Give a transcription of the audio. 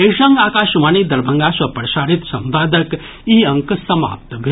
एहि संग आकाशवाणी दरभंगा सँ प्रसारित संवादक ई अंक समाप्त भेल